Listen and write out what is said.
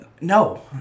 No